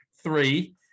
three